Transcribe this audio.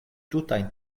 tutajn